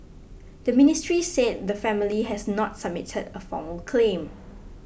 the ministry said the family has not submitted a formal claim